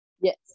Yes